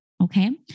Okay